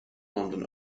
london